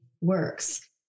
works